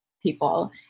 people